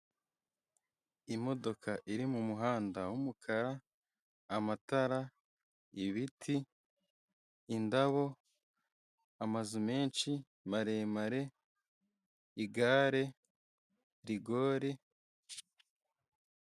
Imodoka iri mu muhanda w'umukara, amatara, ibiti, indabo, amazu menshi maremare, igare, rigori.